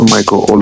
Michael